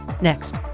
Next